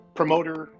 promoter